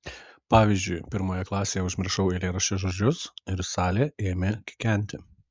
pavyzdžiui pirmoje klasėje užmiršau eilėraščio žodžius ir salė ėmė kikenti